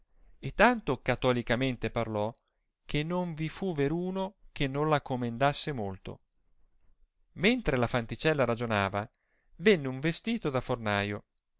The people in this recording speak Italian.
e tanto catolicamente parlò che non vi fu veruno che non la comendasse molto mentre la fanticella ragionava venne un vestito da fornaio